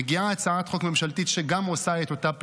מגיעה הצעת חוק ממשלתית שגם עושה את אותה הפעולה,